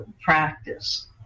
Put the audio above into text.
practice